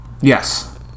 yes